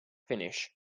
finish